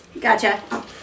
Gotcha